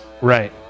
Right